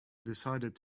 decided